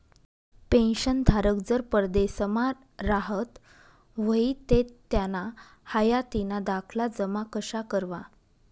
पेंशनधारक जर परदेसमा राहत व्हयी ते त्याना हायातीना दाखला जमा कशा करवा?